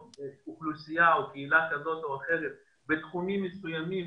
שאוכלוסייה או קהילה כזאת או אחרת בתחומים מסוימים